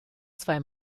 zwei